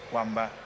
Wamba